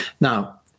now